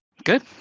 Good